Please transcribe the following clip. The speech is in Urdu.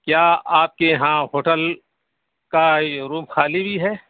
کیا آپ کے یہاں ہوٹل کا یہ روم خالی بھی ہے